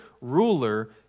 ruler